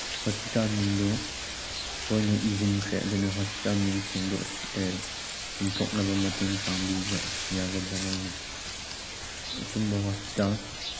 hospital ꯃꯤꯡꯗꯨ ꯁꯣꯏꯅ ꯏꯁꯤꯟꯈ꯭ꯔꯦ ꯑꯗꯨꯅ ꯍꯣꯁꯄꯤꯇꯥꯜ ꯃꯤꯡ ꯆꯨꯝꯊꯣꯛꯅꯕ ꯃꯇꯦꯡ ꯄꯥꯡꯕꯤꯕ ꯌꯥꯒꯗ꯭ꯔꯥ ꯅꯪꯅ ꯑꯆꯨꯝꯕ ꯍꯣꯁꯄꯤꯇꯥꯜ